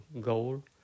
goal